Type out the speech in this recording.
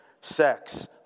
sex